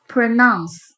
Pronounce